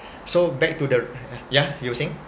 so back to the yeah you were saying